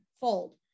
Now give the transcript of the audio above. fold